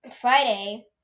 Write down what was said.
Friday